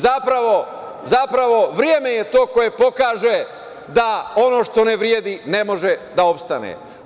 Zapravo, vreme je to koje pokaže da ono što ne vredi ne može da opstane.